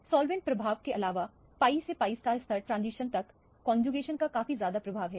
solvent प्रभाव के अलावा pi से pi स्तर ट्रांजिशन तक कोनजुगेशन का काफी ज्यादा प्रभाव है